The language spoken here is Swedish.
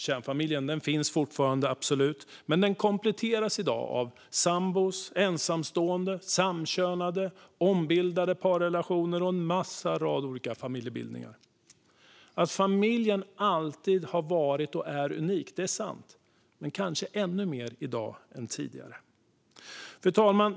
Kärnfamiljen finns absolut fortfarande men kompletteras av sambor, ensamstående, samkönade par, ombildade parrelationer och en rad andra familjebildningar. Att familjen alltid har varit och är unik är sant men kanske ännu mer i dag än tidigare. Fru talman!